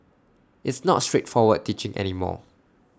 it's not straightforward teaching any more